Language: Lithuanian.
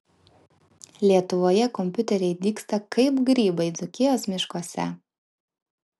lietuvoje kompiuteriai dygsta kaip grybai dzūkijos miškuose